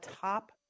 top